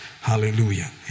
Hallelujah